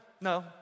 no